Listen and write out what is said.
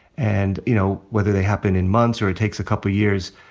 and, you know, whether they happen in months or it takes a couple years,